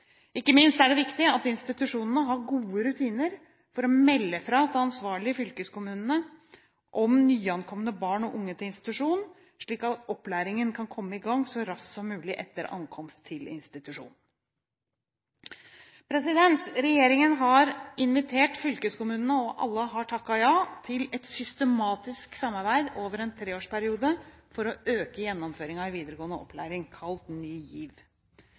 Ikke minst er det viktig at institusjonene har gode rutiner for å melde fra til ansvarlig fylkeskommune om nyankomne barn og unge til institusjonen, slik at opplæringen kan komme i gang så raskt som mulig etter ankomst til institusjonen. Regjeringen har invitert fylkeskommunene – og alle har takket ja – til et systematisk samarbeid over en treårsperiode for å øke gjennomføringen i videregående opplæring – kalt Ny GIV.